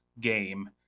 game